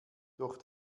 durch